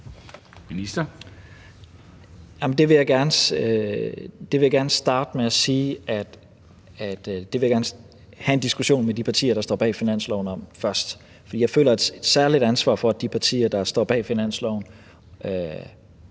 Tesfaye): Jeg vil gerne starte med at sige, at det vil jeg gerne først have en diskussion med de partier, der står bag finansloven. For jeg føler et særligt ansvar for, at de partier, der står bag finansloven,